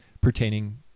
Pertaining